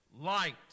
light